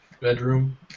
bedroom